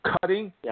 cutting